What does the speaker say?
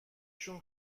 شون